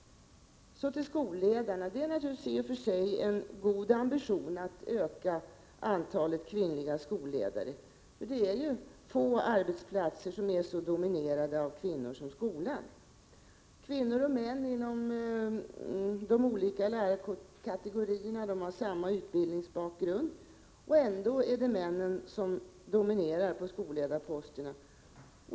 Så till frågan om skolledarna. Det är naturligtvis i och för sig en god ambition att öka antalet kvinnliga skolledare, eftersom få arbetsplatser är så dominerade av kvinnor som skolan. Kvinnor och män inom de olika lärarkategorierna har samma utbildningsbakgrund, men ändå är det männen som dominerar på skolledarposterna.